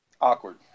awkward